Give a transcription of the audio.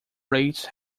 rates